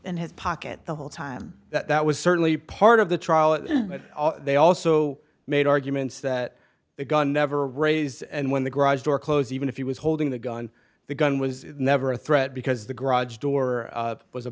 in his pocket the whole time that was certainly part of the trial but they also made arguments that the gun never raise and when the garage door close even if he was holding the gun the gun was never a threat because the garage door was a